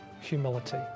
humility